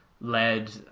led